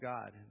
God